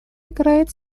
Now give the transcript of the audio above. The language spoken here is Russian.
играет